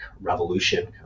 revolution